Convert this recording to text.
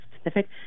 specific